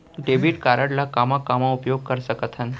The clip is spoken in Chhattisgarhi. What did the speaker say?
डेबिट कारड ला कामा कामा उपयोग कर सकथन?